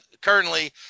currently